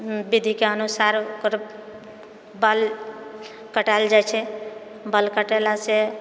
विधिके अनुसार ओकर बाल कटाएल जाइ छै बाल कटैलासँ